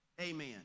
Amen